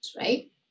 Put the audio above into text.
Right